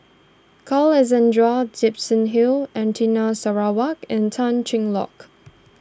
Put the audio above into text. Carl Gibson Hill Anita Sarawak and Tan Cheng Lock